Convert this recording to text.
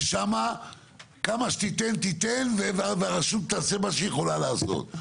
ששם כמה שתיתן תיתן ואז הרשות תעשה מה שהיא יכולה לעשות.